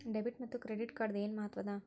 Debit ಮತ್ತ credit ಕಾರ್ಡದ್ ಏನ್ ಮಹತ್ವ ಅದ?